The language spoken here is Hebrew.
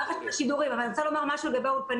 מערכות של חברות הסלולר שהם המרכזיים - באופן